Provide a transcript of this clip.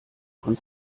von